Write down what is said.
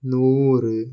നൂറ്